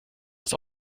das